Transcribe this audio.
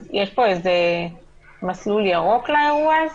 יש פה מסלול ירוק לאירוע הזה?